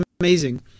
amazing